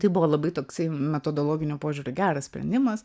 tai buvo labai toksai metodologiniu požiūriu geras sprendimas